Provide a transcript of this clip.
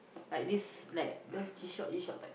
like this like this G-shock G-shock type